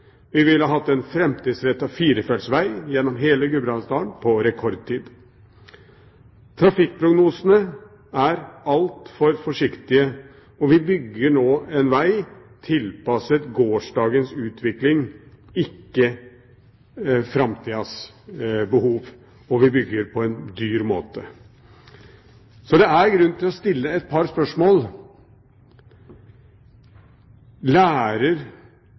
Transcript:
Vi ville hatt en framtidsrettet firefelts veg gjennom hele Gudbrandsdalen på rekordtid. Trafikkprognosene er altfor forsiktige, og vi bygger nå en veg tilpasset gårsdagens utvikling, ikke framtidens behov, og vi bygger på en dyr måte. Så det er grunn til å stille et par spørsmål: Lærer